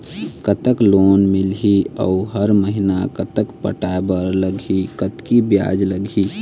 कतक लोन मिलही अऊ हर महीना कतक पटाए बर लगही, कतकी ब्याज लगही?